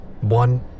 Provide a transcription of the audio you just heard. One